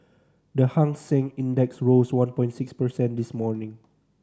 the Hang Seng Index rose one point six percent this morning